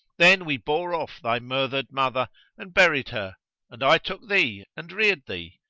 then we bore off thy murthered mother and buried her and i took thee and reared thee,